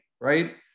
right